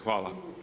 Hvala.